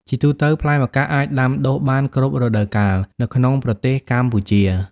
ជាទូទៅ ផ្លែម្កាក់អាចដាំដុះបាន គ្រប់រដូវកាល នៅក្នុងប្រទេសកម្ពុជា។